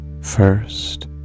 First